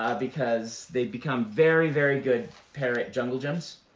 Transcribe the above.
ah because they become very, very good parrot jungle gyms,